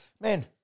Man